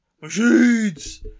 Machines